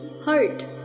hurt